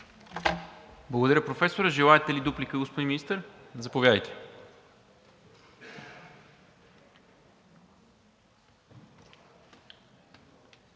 Благодаря, Професоре. Желаете ли дуплика, господин Министър? Заповядайте.